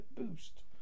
boost